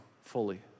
fully